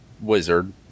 wizard